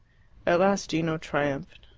at last gino triumphed.